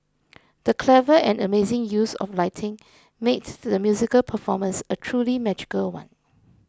the clever and amazing use of lighting made the musical performance a truly magical one